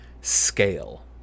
scale